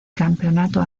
campeonato